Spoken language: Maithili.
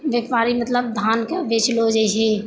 व्यापारी मतलब धानके बेचलऽ जाइ छै